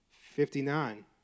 Fifty-nine